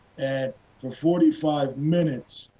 and for forty five minutes,